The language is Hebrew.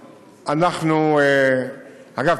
אגב,